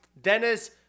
Dennis